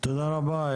תודה רבה,